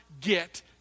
get